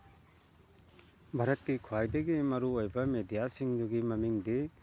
ꯚꯥꯔꯠꯀꯤ ꯈ꯭ꯋꯥꯏꯗꯒꯤ ꯃꯔꯨ ꯑꯣꯏꯕ ꯃꯦꯗꯤꯌꯥꯁꯤꯡꯗꯨꯒꯤ ꯃꯃꯤꯡꯗꯤ